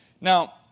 Now